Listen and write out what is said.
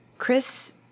Chris